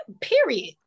period